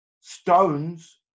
Stones